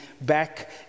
back